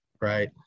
right